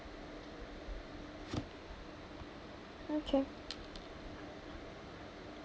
okay